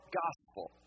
gospel